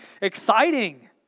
exciting